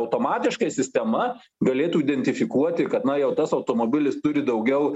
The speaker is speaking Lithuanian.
automatiškai sistema galėtų identifikuoti kad na jau tas automobilis turi daugiau